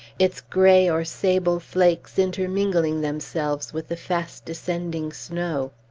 its gray or sable flakes intermingling themselves with the fast-descending snow.